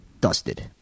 Dusted